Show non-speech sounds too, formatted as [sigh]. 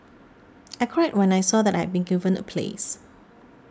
[noise] I cried when I saw that I had been given a place